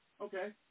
Okay